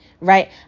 Right